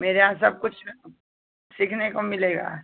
मेरे यहाँ सब कुछ सीखने को मिलेगा